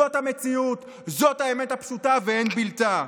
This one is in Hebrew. זאת המציאות, זאת האמת הפשוטה, ואין בלתה.